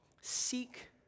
seek